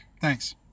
Thanks